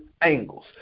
angles